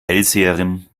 hellseherin